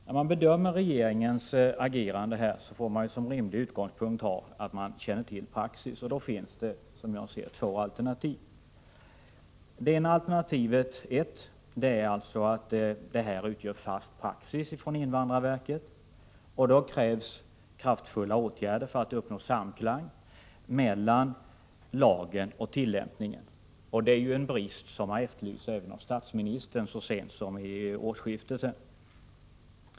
När man bedömer regeringens agerande får man som rimlig utgångspunkt ha att man känner till praxis. Då finns det, som jag ser det, två alternativ. Alternativ 1 är att detta utgör en fast praxis från invandrarverket. Då krävs det kraftfulla åtgärder för att uppnå samklang mellan lag och tillämpning. Det är ju en brist som tagits upp även av statsministern så sent som vid årsskiftet.